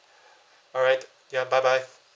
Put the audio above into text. alright ya bye bye